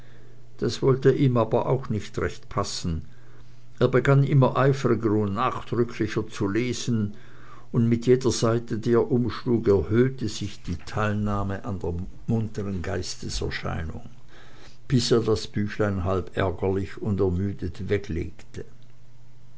das wollte ihm aber auch nicht recht passen er begann immer eifriger und nachdrücklicher zu lesen und mit jeder seite die er umschlug erhöhte sich die teilnahme an der munteren geisteserscheinung bis er das büchlein halb ärgerlich und ermüdet weglegte